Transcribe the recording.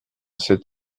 sept